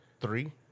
three